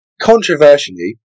controversially